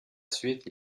suite